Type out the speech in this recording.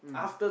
mm